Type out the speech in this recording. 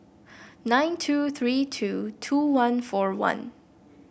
nine two three two two one four one